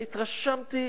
אני התרשמתי